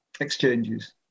exchanges